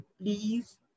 Please